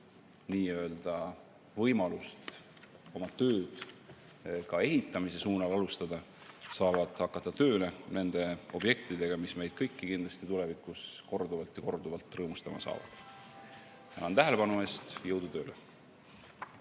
oodanud võimalust oma tööd ka ehitamise suunal alustada, saavad hakata tööle nende objektide kallal, mis meid kõiki kindlasti tulevikus korduvalt ja korduvalt rõõmustama saavad. Tänan tähelepanu eest ja jõudu tööle!